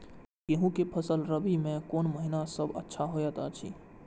गेहूँ के फसल रबि मे कोन महिना सब अच्छा होयत अछि?